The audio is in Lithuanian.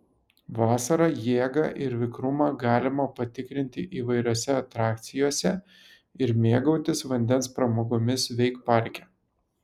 vasarą jėgą ir vikrumą galima patikrinti įvairiose atrakcijose ir mėgautis vandens pramogomis veikparke